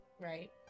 right